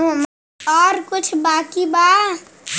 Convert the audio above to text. और कुछ बाकी बा?